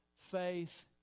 faith